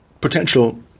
potential